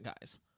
guys